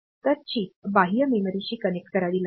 तर चिप बाह्य मेमरीशी कनेक्ट करावी लागेल